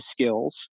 skills